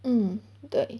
mm 对